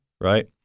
right